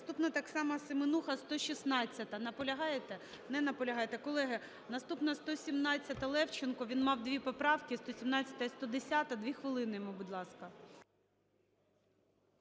Наступна так само Семенуха, 116-а. Наполягаєте? Не наполягаєте. Колеги, наступна 117-а, Левченко. Він мав 2 поправки, 117-а і 110-а, 2 хвилини йому, будь ласка.